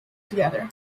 together